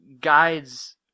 guides